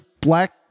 Black